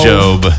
Job